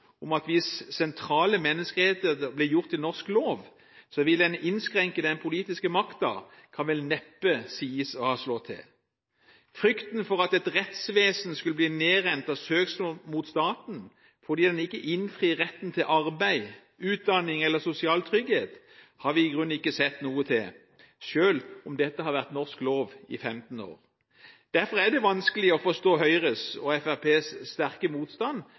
om at hvis sentrale menneskerettigheter ble gjort til norsk lov, ville en innskrenke den politiske makten, kan vel neppe sies å ha slått til. Man fryktet at rettsvesenet skulle bli nedrent av søksmål mot staten fordi den ikke innfrir retten til arbeid, utdanning eller sosial trygghet, men det har vi i grunnen ikke sett noe til – selv om dette har vært norsk lov i 15 år. Derfor er det vanskelig å forstå Høyres og Fremskrittspartiets sterke motstand